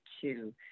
two